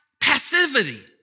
passivity